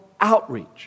outreach